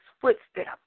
footsteps